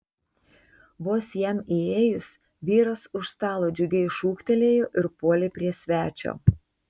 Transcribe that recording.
vos jam įėjus vyras už stalo džiugiai šūktelėjo ir puolė prie svečio